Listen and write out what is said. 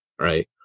right